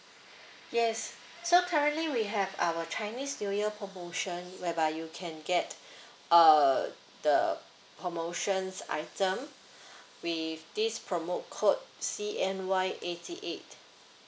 yes so currently we have our chinese new year promotion whereby you can get err the promotions item with this promo code C_N_Y eighty eight